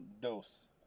dose